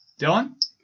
Dylan